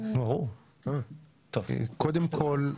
קודם כל,